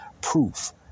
proof